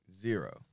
Zero